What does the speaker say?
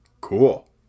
Cool